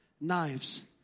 knives